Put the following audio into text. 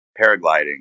paragliding